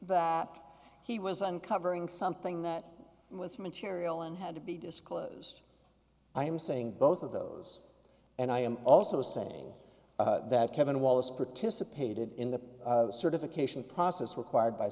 that he was uncovering something that was material and had to be disclosed i am saying both of those and i am also saying that kevin wallace participated in the process certification that's required by